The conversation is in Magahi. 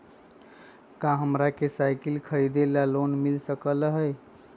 का हमरा के साईकिल खरीदे ला लोन मिल सकलई ह?